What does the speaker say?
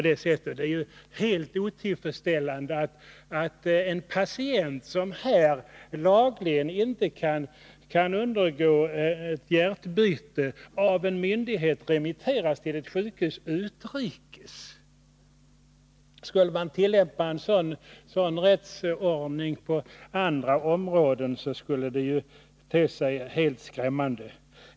Det är helt otillfredsställande att en patient som inte lagligen kan undergå ett hjärtbyte här i landet av en myndighet remitteras till ett sjukhus på utrikes ort. Skulle man tillämpa en sådan rättsordning på andra områden, skulle det te sig rent skrämmande.